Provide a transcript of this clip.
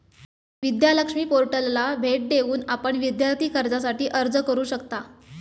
विद्या लक्ष्मी पोर्टलला भेट देऊन आपण विद्यार्थी कर्जासाठी अर्ज करू शकता